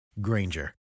Granger